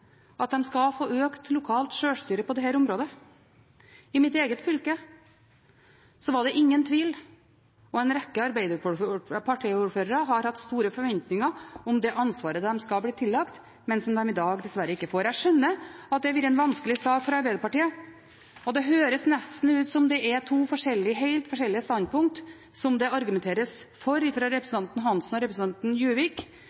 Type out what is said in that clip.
at de skulle få økt lokalt sjølstyre på dette området. I mitt eget fylke var det ingen tvil. Og en rekke arbeiderpartiordførere har hatt store forventninger til det ansvaret de skulle bli tillagt, men som de i dag ikke får. Jeg skjønner at dette har vært en vanskelig sak for Arbeiderpartiet, og det høres nesten ut som om det er to helt forskjellige standpunkter som det argumenteres for, fra representantene Eva Kristin Hansen og Kjell-Idar Juvik,